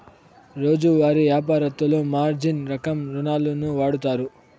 రోజువారీ యాపారత్తులు మార్జిన్ రకం రుణాలును వాడుతారు